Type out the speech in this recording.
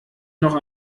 noch